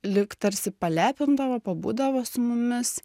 lyg tarsi palepindavo pabūdavo su mumis